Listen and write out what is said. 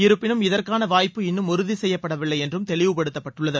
இருப்பினும் இதற்கான வாய்ப்பு இன்னும் உறுதி செய்யப்படவில்லை என்றும் தெளிவுபடுத்தப்பட்டுள்ளது